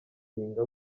mushinga